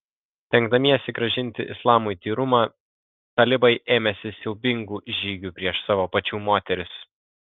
stengdamiesi grąžinti islamui tyrumą talibai ėmėsi siaubingų žygių prieš savo pačių moteris